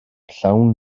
llawn